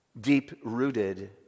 Deep-rooted